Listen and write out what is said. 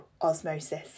osmosis